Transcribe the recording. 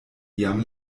iam